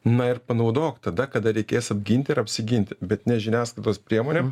na ir panaudok tada kada reikės apginti ir apsiginti bet ne žiniasklaidos priemonėm